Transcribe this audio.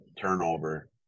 turnover